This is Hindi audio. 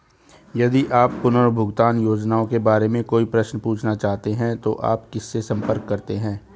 यदि आप पुनर्भुगतान योजनाओं के बारे में कोई प्रश्न पूछना चाहते हैं तो आप किससे संपर्क करते हैं?